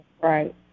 Right